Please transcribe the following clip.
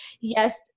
yes